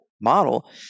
model